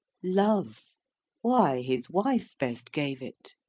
love why, his wife best gave it